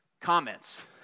Comments